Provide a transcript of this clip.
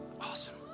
Awesome